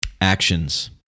actions